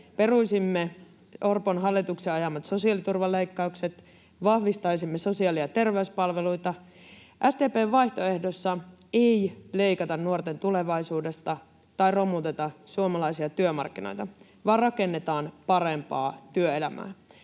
peruisimme Orpon hallituksen ajamat sosiaaliturvaleikkaukset ja vahvistaisimme sosiaali- ja terveyspalveluita. SDP:n vaihtoehdossa ei leikata nuorten tulevaisuudesta tai romuteta suomalaisia työmarkkinoita, vaan rakennetaan parempaa työelämää.